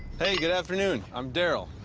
hey, good afternoon. i'm daryl.